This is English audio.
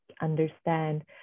understand